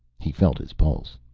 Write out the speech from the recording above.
he felt his pulse.